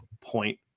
point